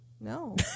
No